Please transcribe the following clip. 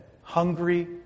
hungry